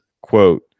quote